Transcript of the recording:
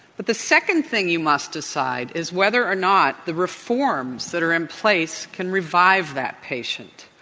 but the second thing you must decide is whether or not the reforms that are in place can revive that patient.